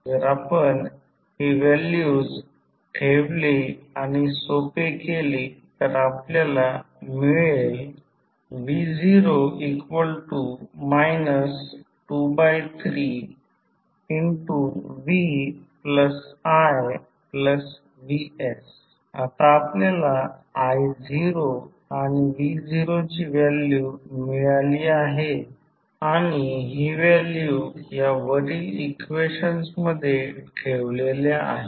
जर आपण ही व्हॅल्यूज ठेवली आणि सोपे केली तर आपल्याला मिळेल v0 23vi vs आता आपल्याला i0 आणि v0ची व्हॅल्यू मिळाली आहे आणि ही व्हॅल्यू या वरील इक्वेशन्स मध्ये ठेवलेल्या आहेत